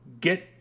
get